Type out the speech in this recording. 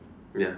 ya